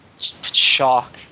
Shock